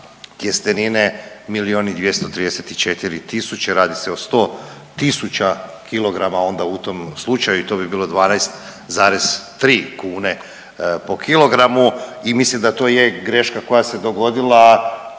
tjestenine milijun i 234 tisuće, radi se o 100 tisuća kilograma onda u tom slučaju i to bi bilo 12,3 kune po kilogramu i mislim da to je greška koja se dogodila,